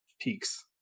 Peaks